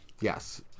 yes